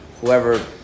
whoever